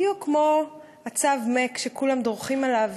בדיוק כמו הצב מק שכולם דורכים עליו,